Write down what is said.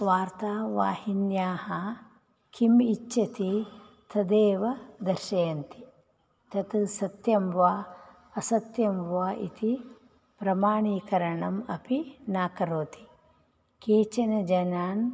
वार्तावाहिन्याः किम् इच्छति तदेव दर्शयन्ति तत् सत्यं वा असत्यं वा इति प्रमाणीकरणम् अपि न करोति केचन जनान्